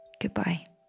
Goodbye